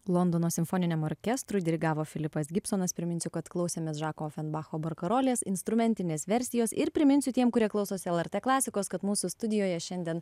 londono simfoniniam orkestrui dirigavo filipas gibsonas priminsiu kad klausėmės žako ofenbacho barkarolės instrumentinės versijos ir priminsiu tiem kurie klausosi lrt klasikos kad mūsų studijoje šiandien